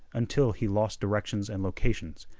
until he lost directions and locations,